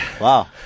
Wow